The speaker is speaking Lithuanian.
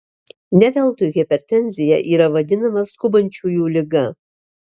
ne veltui hipertenzija yra vadinama skubančiųjų liga